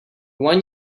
one